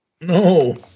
No